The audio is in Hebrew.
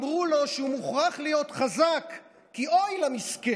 / אמרו לו שהוא מוכרח להיות חזק / כי אוי למסכן.